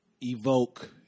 evoke